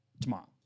tomorrow